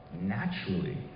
naturally